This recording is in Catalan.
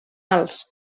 alts